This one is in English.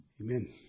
Amen